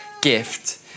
gift